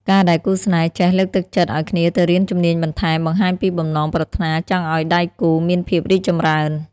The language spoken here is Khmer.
ការដែលគូស្នេហ៍ចេះ "លើកទឹកចិត្តឱ្យគ្នាទៅរៀនជំនាញបន្ថែម" បង្ហាញពីបំណងប្រាថ្នាចង់ឱ្យដៃគូមានភាពរីកចម្រើន។